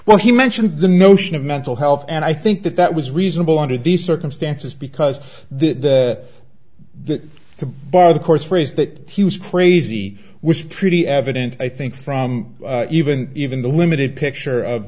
well he mentioned the notion of mental health and i think that that was reasonable under these circumstances because the the bar the course phrase that he was crazy which treaty evident i think from even even the limited picture of